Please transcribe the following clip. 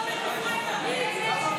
בושה.